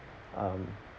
um